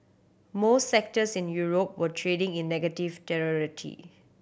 most sectors in Europe were trading in negative terror